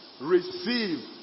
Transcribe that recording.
receive